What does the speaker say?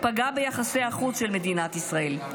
פגע ביחסי החוץ של מדינת ישראל.